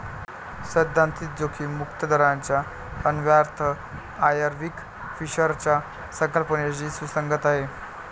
सैद्धांतिक जोखीम मुक्त दराचा अन्वयार्थ आयर्विंग फिशरच्या संकल्पनेशी सुसंगत आहे